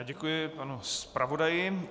Děkuji panu zpravodaji.